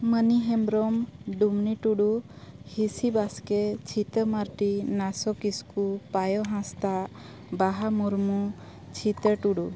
ᱢᱟᱹᱱᱤ ᱦᱮᱢᱵᱨᱚᱢ ᱰᱩᱢᱱᱤ ᱴᱩᱰᱩ ᱦᱤᱸᱥᱤ ᱵᱟᱥᱠᱮ ᱪᱷᱤᱛᱟᱹ ᱢᱟᱨᱰᱤ ᱱᱟᱥᱳ ᱠᱤᱥᱠᱩ ᱯᱟᱭᱚ ᱦᱟᱸᱥᱫᱟ ᱵᱟᱦᱟ ᱢᱩᱨᱢᱩ ᱪᱤᱛᱟᱹ ᱴᱩᱰᱩ